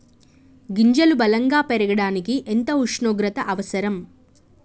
గింజలు బలం గా పెరగడానికి ఎంత ఉష్ణోగ్రత అవసరం?